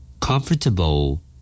Comfortable